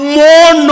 more